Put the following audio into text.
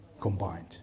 combined